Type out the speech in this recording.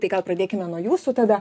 tai gal pradėkime nuo jūsų tada